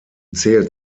zählt